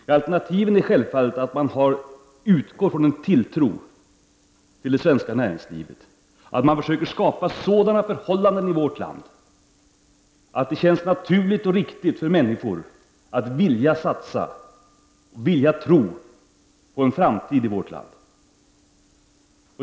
Jo, alternativet är självfallet att man utgår från en tilltro till det svenska näringslivet, att man försöker skapa sådana förhållanden i vårt land att det känns naturligt och riktigt för människor att vilja satsa, att vilja tro på en framtid i vårt land.